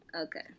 Okay